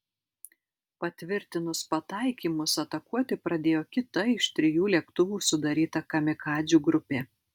patvirtinus pataikymus atakuoti pradėjo kita iš trijų lėktuvų sudaryta kamikadzių grupė